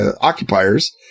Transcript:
occupiers